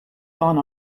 gone